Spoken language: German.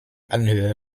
anhöhe